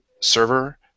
server